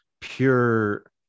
pure